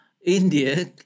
India